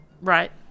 right